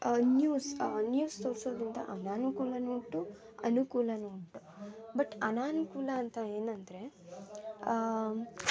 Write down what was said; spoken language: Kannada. ನ್ಯೂಸ್ ನ್ಯೂಸ್ ತೋರಿಸೋದ್ರಿಂದ ಅನಾನುಕೂಲವೂ ಉಂಟು ಅನುಕೂಲವೂ ಉಂಟು ಬಟ್ ಅನಾನುಕೂಲ ಅಂತ ಏನೆಂದ್ರೆ